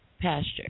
Pasture